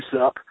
up